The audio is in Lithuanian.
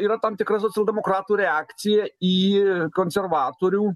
yra tam tikra socialdemokratų reakcija į konservatorių